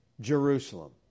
Jerusalem